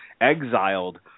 exiled